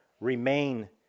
remain